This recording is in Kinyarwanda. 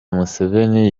museveni